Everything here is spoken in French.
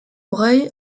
breuil